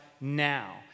now